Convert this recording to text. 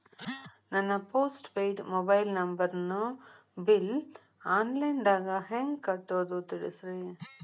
ನನ್ನ postpaid mobile ನಂಬರನ್ನು bill online ದಾಗ ಹೆಂಗ್ ಕಟ್ಟೋದು ತಿಳಿಸ್ರಿ